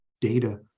data